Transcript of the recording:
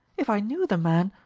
if i knew the man